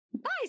bye